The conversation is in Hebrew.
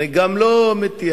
אני גם לא מתיימר,